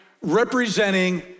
representing